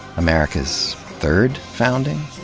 america's third founding?